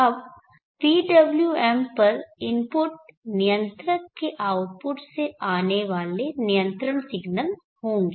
अब PWM पर input नियंत्रक के आउटपुट से आने वाले नियंत्रण सिग्नल होंगे